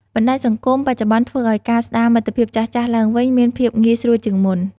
បណ្ដាញសង្គមបច្ចុប្បន្នធ្វើឱ្យការស្ដារមិត្តភាពចាស់ៗឡើងវិញមានភាពងាយស្រួលជាងមុន។